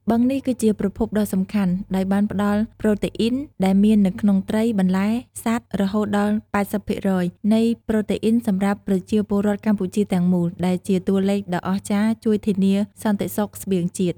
បឹងនេះគឺជាប្រភពដ៏សំខាន់ ដោយបានផ្ដល់ប្រូតេអុីនដែលមាននៅក្នុងត្រី បន្លែ សត្វ រហូតដល់ ៨០% នៃប្រូតេអ៊ីនសម្រាប់ប្រជាពលរដ្ឋកម្ពុជាទាំងមូល ដែលជាតួលេខដ៏អស្ចារ្យជួយធានាសន្តិសុខស្បៀងជាតិ។